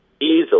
Easily